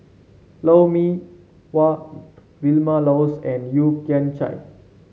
Lou Mee Wah Vilma Laus and Yeo Kian Chai